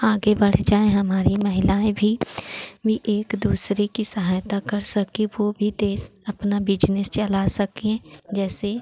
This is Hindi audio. आगे बढ़ जाएँ हमारी महिलाएँ भी वे एक दूसरे की सहायता कर सकें वे भी देश अपना बिजनेस चला सकें जैसे